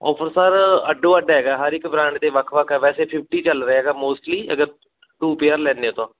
offer sir ਅੱਡੋ ਅੱਡ ਹੈਗਾ ਹਰ ਇੱਕ ਬਰਾਂਡ ਦੇ ਵੱਖ ਵੱਖ ਆ ਵੈਸੇ ਫਿਫਟੀ ਚੱਲ ਰਿਹਾ ਹੈਗਾ ਮੋਸਟਲੀ ਅਗਰ ਟੂ ਪੇਅਰ ਲੈਂਦੇ ਹੋ ਤਾਂ